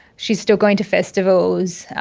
she's still going to festivals, ah,